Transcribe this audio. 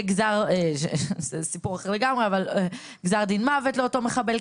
זה סיפור אחר לגמרי אבל גזר דין מוות לאותו מחבל,